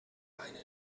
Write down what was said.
einen